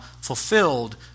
fulfilled